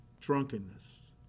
drunkenness